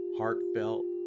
heartfelt